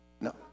No